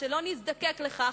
ושלא נזדקק לכך,